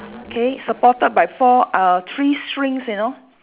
okay supported by for uh three strings you know